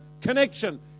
connection